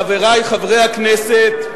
חברי חברי הכנסת,